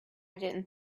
didn’t